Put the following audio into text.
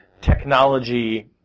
technology